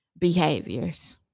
behaviors